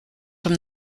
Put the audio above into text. from